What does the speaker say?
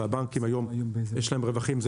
והבנקים היום יש להם רווחים.